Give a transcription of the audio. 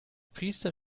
priester